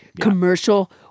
commercial